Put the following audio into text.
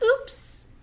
oops